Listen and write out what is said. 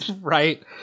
Right